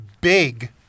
big